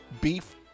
Beef